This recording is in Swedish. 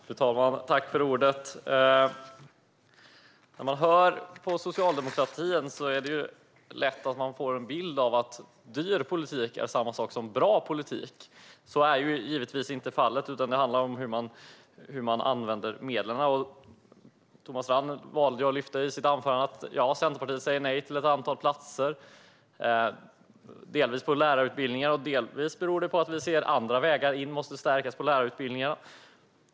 Fru talman! När man lyssnar på Socialdemokraterna är det lätt att få en bild av att dyr politik är samma sak som bra politik. Så är givetvis inte fallet, utan det handlar om hur man använder medlen. Thomas Strand valde att i sitt anförande lyfta fram att Centerpartiet säger nej till ett antal platser, bland annat på lärarutbildningen. Det beror delvis på att vi ser att andra vägar måste stärkas i fråga om lärarutbildningarna.